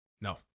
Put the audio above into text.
No